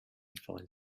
find